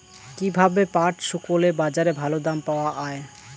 কীভাবে পাট শুকোলে বাজারে ভালো দাম পাওয়া য়ায়?